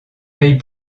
paye